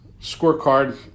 scorecard